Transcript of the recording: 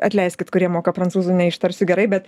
atleiskit kurie moka prancūzų neištarsiu gerai bet